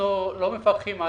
אנחנו לא מפקחים.